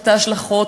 את ההשלכות.